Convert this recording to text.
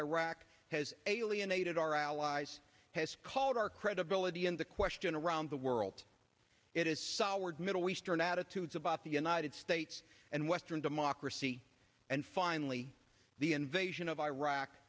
iraq has alienated our allies has called our credibility into question around the world it is soured middle eastern attitudes about the united states and western democracy and finally the invasion of iraq